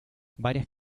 varias